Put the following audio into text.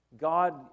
God